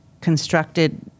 constructed